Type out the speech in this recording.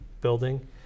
building